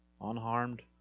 unharmed